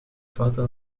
vater